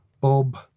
Bob